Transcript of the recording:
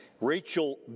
Rachel